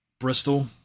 Bristol